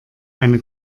eine